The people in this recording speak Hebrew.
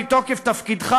מתוקף תפקידך,